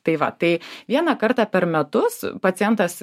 tai va tai vieną kartą per metus pacientas